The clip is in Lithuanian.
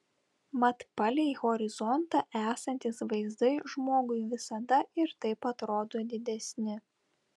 mat palei horizontą esantys vaizdai žmogui visada ir taip atrodo didesni